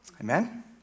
Amen